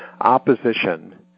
opposition